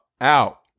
out